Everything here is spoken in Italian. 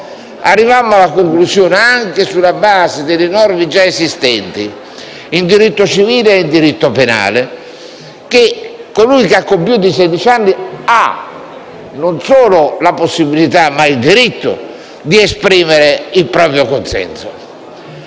Arrivammo alla conclusione, anche sulla base di norme già esistenti di diritto civile e penale, che colui che ha compiuto sedici anni ha non solo la possibilità ma anche il diritto di esprimere il proprio consenso.